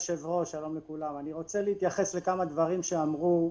אני להתייחס לכמה דברים שנאמרו.